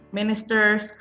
ministers